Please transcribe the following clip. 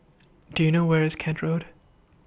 Do YOU know Where IS Kent Road